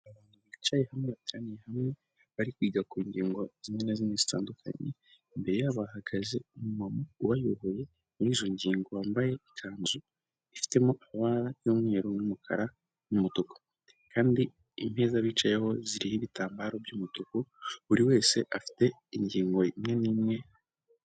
Abantu bicaye hamwe bateraniye hamwe bari kwiga ku ngingo zimwe na zimwe zitandukanye. Imbere bahagaze umumama ubayoboye muri izo ngingo wambaye ikanzu ifitemora amabara y'umweru n'umukara n'umutuku kandi impeza bicayeho ziriho ibitambaro by'umutuku buri wese afite ingingo imwe imwe.